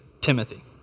Timothy